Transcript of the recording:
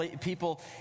people